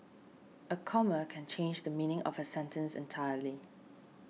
a comma can change the meaning of a sentence entirely